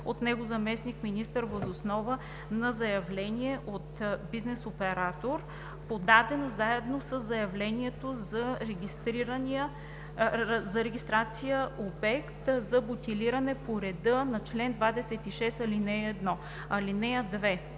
от него заместник-министър въз основа на заявление от бизнес оператор, подадено заедно със заявлението за регистрация на обект за бутилиране по реда на чл. 26, ал. 1.